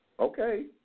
okay